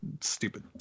stupid